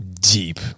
deep